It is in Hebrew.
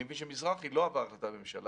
אני מבין שמזרחי לא עבר החלטת ממשלה,